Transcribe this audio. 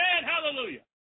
Hallelujah